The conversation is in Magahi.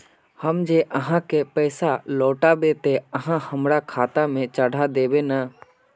हम जे आहाँ के पैसा लौटैबे ते आहाँ हमरा खाता में चढ़ा देबे नय?